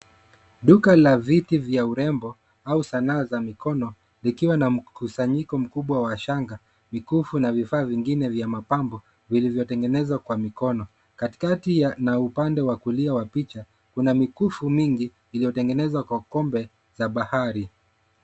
Duka la vitu vya urembo au sanaa za mikono, likiwa na mkusanyiko mkubwa wa shanga, mikufu na vifaa vingine vya mapambo, vilivyotengenezwa kwa mikono. Katikati na upande wa kulia wa picha kuna mikufu mingi iliyotengenezwa kwa kombe za bahari.